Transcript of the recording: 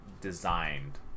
designed